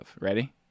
Ready